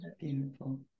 Beautiful